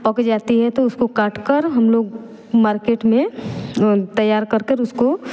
पक जाती है तो उसको काट कर हम लोग मार्केट में तैयार करके उसको